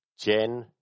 Jen